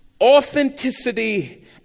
Authenticity